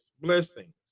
blessings